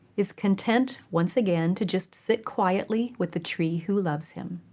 is content once again to just sit quietly with the tree who loves him.